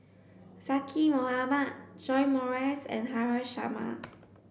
Zaqy Mohamad John Morrice and Haresh Sharma